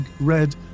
red